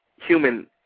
human